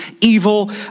evil